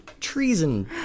Treason